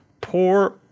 poor